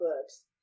books